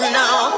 now